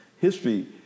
history